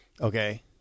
okay